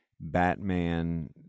Batman